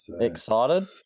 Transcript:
Excited